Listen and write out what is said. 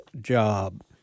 job